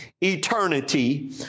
eternity